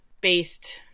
based